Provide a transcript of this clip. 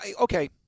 Okay